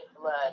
blood